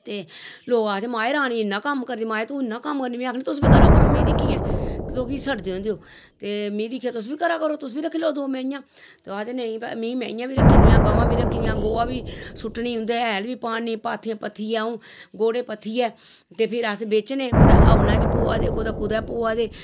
ते लोग आखदे माए रानी इन्ना कम्म करदी माए तूं इन्ना कम्म करनी में आखनी तुस बी करा करो मिगी दिक्खियै तुस केह् सड़दे होंदे ओ ते मीं दिक्खियै तुस बी करा करो तुस बी रक्खी लैओ दो मैंहियां तुस आखदे में मैंहियां बी रक्खी दियां गवां बी रक्खी दियां गोआ बी सु'ट्टनी उं'दा हैल बी पान्नी पात्थियां बी पत्थियै अ'ऊं गोह्टे पत्थियै ते फिर अस बेचने कुतै हवनै च प'वा दे कुदै प'वा दे